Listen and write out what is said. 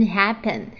happen